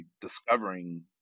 discovering